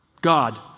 God